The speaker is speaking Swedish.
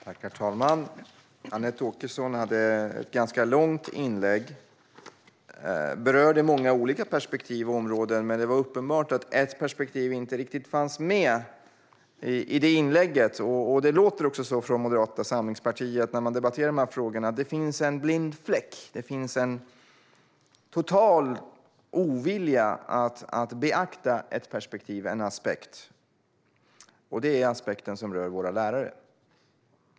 Herr talman! Anette Åkesson hade ett ganska långt inlägg och berörde många olika perspektiv och områden, men det var uppenbart att ett perspektiv inte fanns med. Så låter det också från Moderata samlingspartiet när man debatterar dessa frågor. Det finns en blind fläck, och det är en total ovilja att beakta en aspekt, nämligen våra lärare.